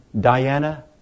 Diana